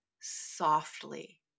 softly